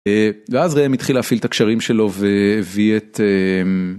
ואז מתחיל להפעיל את הקשרים שלו והביא את.